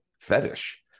fetish